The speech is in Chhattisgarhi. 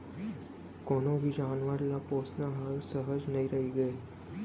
कोनों भी जानवर ल पोसना हर सहज नइ रइगे